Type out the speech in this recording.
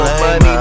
money